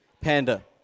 panda